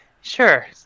Sure